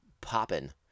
popping